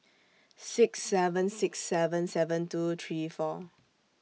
six seven six seven seven two three four